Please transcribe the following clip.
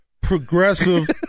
progressive